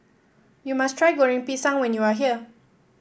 you must try Goreng Pisang when you are here